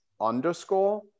underscore